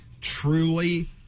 truly